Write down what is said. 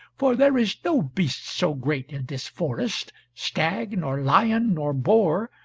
for there is no beast so great in this forest, stag, nor lion, nor boar,